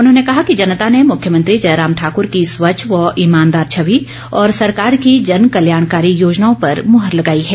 उन्होंने कहा कि जनता ने मुख्यमंत्री जयराम ठाकुर की स्वच्छ व ईमानदार छवि और सरकार की जन कल्याणकारी योजनाओं पर मुहर लगाई है